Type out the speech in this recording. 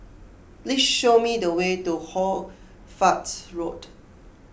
please show me the way to Hoy Fatt Road